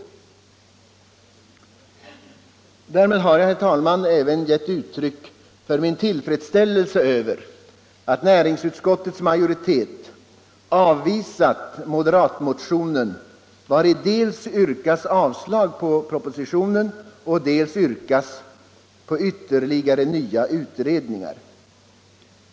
Därmed har jag även givit uttryck för min tillfredsställelse över att näringsutskottets majoritet har avvisat moderatmotionen, vari dels yrkas avslag på propositionen, dels yrkas ytterligare nya utredningar.